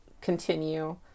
continue